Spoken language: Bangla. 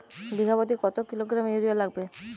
বিঘাপ্রতি কত কিলোগ্রাম ইউরিয়া লাগবে?